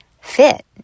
fit